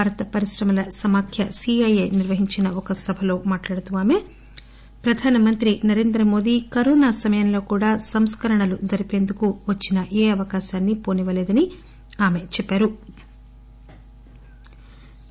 భారత పరిశ్రమల సమాఖ్య సీఐఐ నిర్వహించి ఒక సభలో మాట్లాడుతూ ఆమె ప్రధానమంత్రి నరేంద్రమోదీ కరోనా సమయంలో కూడా సంస్కరణలు జరిపేందుకు వచ్చిన ఏ అవకాశాన్ని వోనివ్వలేదని ఆమె చెప్పారు